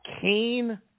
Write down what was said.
Kane